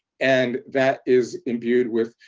and that is imbued with,